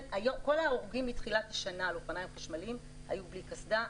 כל ההרוגים מתחילת השנה על אופניים חשמליים היו בלי קסדה,